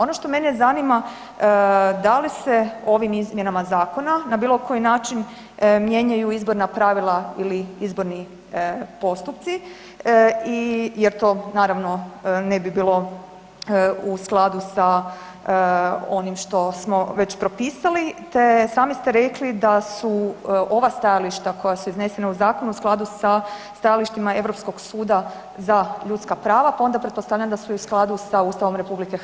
Ono što mene zanima, da li se ovim izmjenama zakona na bilo koji način mijenjaju izborna pravila ili izborni postupci i jer to naravno ne bi bilo u skladu sa onim što smo već propisali te sami ste rekli da su ova stajališta koja su iznesena u zakonu u skladu sa stajalištima Europskog suda za ljudska prava, pa onda pretpostavljam da su i u skladu sa Ustavom Republike Hrvatske.